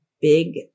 big